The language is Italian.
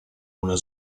una